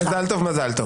מזל טוב, מזל טוב.